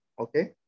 Okay